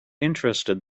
interested